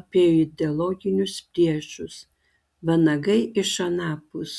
apie ideologinius priešus vanagai iš anapus